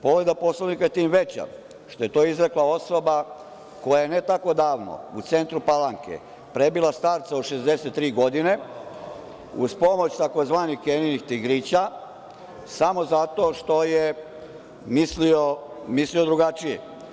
Povreda Poslovnika je tim veća što je to izrekla osoba koja je ne tako davno u centru Palanke prebila starca od 63 godina uz pomoć tzv. Keninih tigrića samo zato što je mislio drugačije.